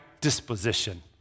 disposition